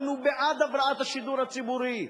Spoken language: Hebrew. אנחנו בעד הבראת השידור הציבורי,